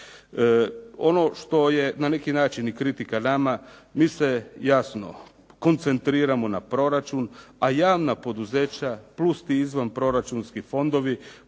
Ono što je na neki način i kritika nama, mi se jasno koncentriramo na proračun, a javna poduzeća plus ti izvanproračunski fondovi